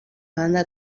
banda